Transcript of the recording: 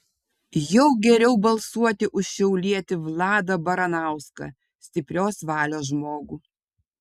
jau geriau balsuoti už šiaulietį vladą baranauską stiprios valios žmogų